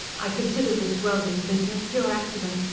i consider this welding business pure accident.